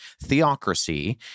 theocracy